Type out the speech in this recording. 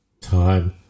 time